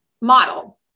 model